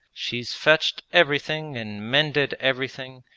she's fetched everything and mended everything,